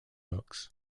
books